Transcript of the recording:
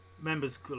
Members